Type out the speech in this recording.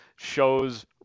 shows